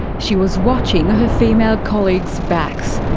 she was watching her female colleagues' backs.